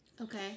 Okay